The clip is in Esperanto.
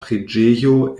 preĝejo